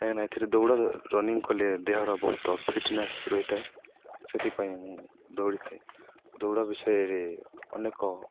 କାହିଁକିନା ଏଥିରେ ଦୌଡ଼ ରନିଂ କଲେ ଦେହର ବହୁତ ଫିଟନେସ୍ ରହିଥାଏ ସେଥିପାଇଁ ମୁଁ ଦୌଡ଼ିଥାଏ ଦୌଡ଼ ବିଷୟରେ ଅନେକ